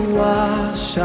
wash